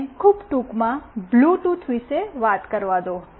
મને ખૂબ ટૂંકમાં બ્લૂટૂથ વિશે વાત કરવા દો